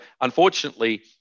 unfortunately